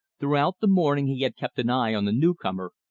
throughout the morning he had kept an eye on the newcomer,